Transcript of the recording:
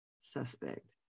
suspect